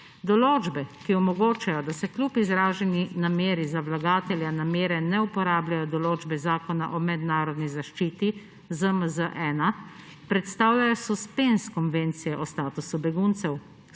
Določbe, ki omogočajo, da se kljub izraženi nameri za vlagatelja namere ne uporabljajo določbe Zakona o mednarodni zaščiti, ZMZ-1, predstavljajo suspenz Konvencije o statusu beguncev.